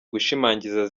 gushimagiza